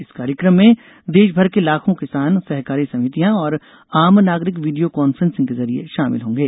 इस कार्यक्रम में देश भर के लाखों किसान सहकारी समितियां और आम नागरिक वीडियो कॉन्फ्रेंसिंग के जरिए शामिल होंगे